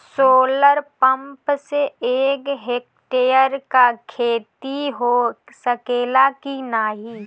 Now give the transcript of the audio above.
Solar pump से एक hectare क खेती हो सकेला की नाहीं?